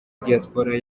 diaspora